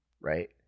right